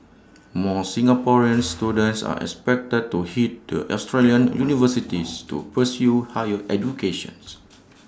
more Singaporean students are expected to Head to Australian universities to pursue higher education